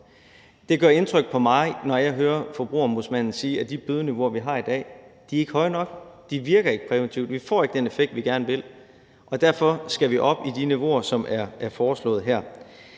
Det gør indtryk på mig, når jeg hører Forbrugerombudsmanden sige, at de bødeniveauer, vi har i dag, ikke er høje nok. De virker ikke præventivt, vi får ikke den effekt, vi gerne vil have, og derfor skal vi op på de niveauer, som er foreslået her.